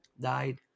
died